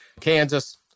Kansas